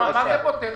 מה זה פותר לך?